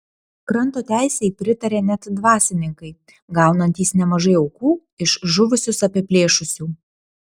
kranto teisei pritarė net dvasininkai gaunantys nemažai aukų iš žuvusius apiplėšusių